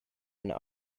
and